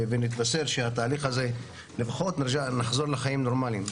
ונתבשר שהתהליך הזה יוצא לדרך ונחזור לחיים נורמליים.